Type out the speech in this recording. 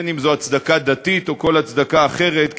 בין שזו הצדקה דתית ובין שזו כל הצדקה אחרת,